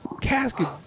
casket